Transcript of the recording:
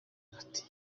ati